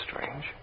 strange